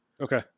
Okay